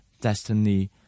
destiny